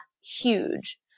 huge